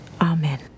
Amen